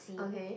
okay